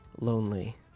Lonely